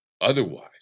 Otherwise